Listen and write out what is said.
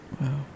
wow